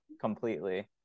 completely